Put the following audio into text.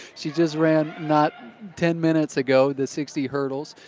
she just ran not ten minutes ago the sixty hurdles.